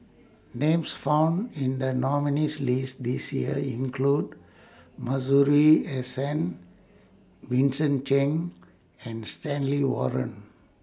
Names found in The nominees' list This Year include Masuri S N Vincent Cheng and Stanley Warren